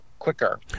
quicker